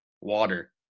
water